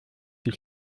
die